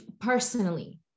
personally